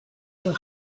your